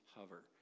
hover